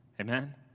amen